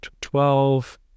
Twelve